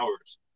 hours